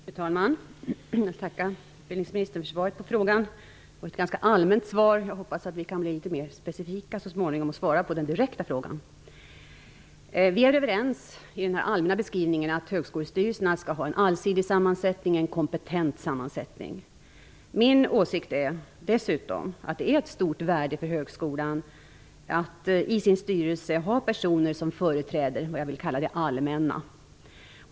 Fru talman! Jag tackar utbildningsministern för svaret på frågan. Det var dock ett ganska allmänt svar. Jag hoppas att vi kan bli litet mera specifika så småningom och att utbildningsministern kan svara på den direkta frågan. Vi är överens när det gäller den allmänna beskrivningen om att högskolestyrelserna skall ha en allsidig sammansättning med kompetens. Min åsikt är att det dessutom är av stort värde för högskolan att i sin styrelse ha personer som företräder, vad jag vill kalla, det allmänna.